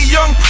Young